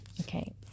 okay